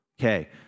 Okay